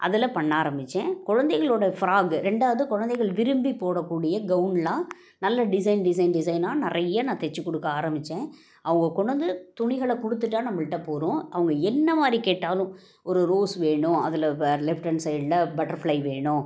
அதில் பண்ண ஆரம்பிச்சேன் குழந்தைகளோட ஃப்ராக்கு ரெண்டாவது குழந்தைகள் விரும்பி போடக்கூடிய கவுன்லாம் நல்ல டிசைன் டிசைன் டிசைனாக நிறைய நான் தைச்சிக் கொடுக்க ஆரம்பிச்சேன் அவங்க கொண்டாந்து துணிகளை கொடுத்துட்டா நம்மகிட்ட போதும் அவங்க என்ன மாதிரி கேட்டாலும் ஒரு ரோஸ் வேணும் அதில் லெஃப்ட் ஹேண்ட் சைட்டில் பட்டர்ஃபிளை வேணும்